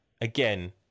again